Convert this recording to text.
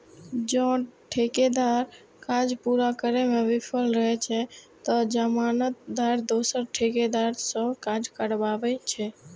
जौं ठेकेदार काज पूरा करै मे विफल रहै छै, ते जमानतदार दोसर ठेकेदार सं काज कराबै छै